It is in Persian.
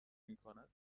میکند